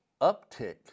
uptick